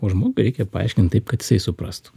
o žmogui reikia paaiškint taip kad jisai suprastų